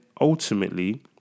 ultimately